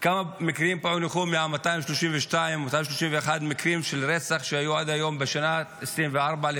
כמה מקרים פוענחו מ-232-231 מקרים של רצח שהיו עד היום בשנת רק 2024?